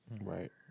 right